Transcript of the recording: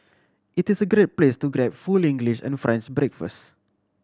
it is a great place to grab full English and French breakfast